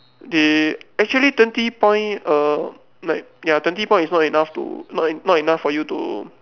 they actually twenty point uh like ya twenty point is not enough to not not enough for you to